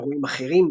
אירועים אחרים